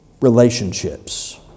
relationships